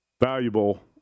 valuable